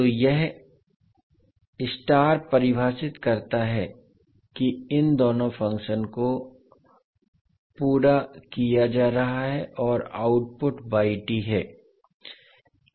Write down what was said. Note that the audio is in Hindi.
तो यह परिभाषित करता है कि इन दोनों फंक्शन को पूरा किया जा रहा है और आउटपुट है